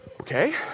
Okay